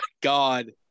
god